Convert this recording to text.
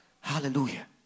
Hallelujah